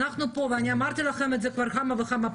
אנחנו פה, ואני אמרתי לכם את זה כמה וכמה פעמים,